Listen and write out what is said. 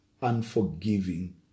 unforgiving